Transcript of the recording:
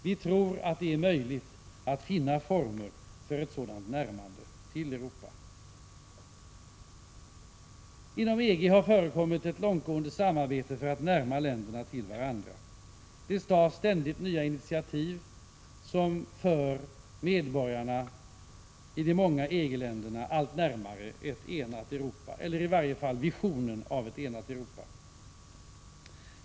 Vi tror att det är möjligt att finna former för ett sådant närmande till Europa. Inom EG har förekommit ett långtgående samarbete för att närma länderna till varandra. Det tas ständigt nya initiativ som för medborgarna i de många EG-länderna allt närmare ett enat Europa eller i varje fall visionen av ett enat Europa.